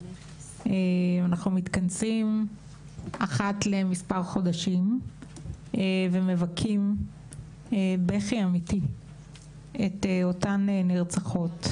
אנחנו מתכנסים אחת למספר חודשים ומבכים בכי אמיתי את אותן נרצחות.